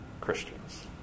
Christians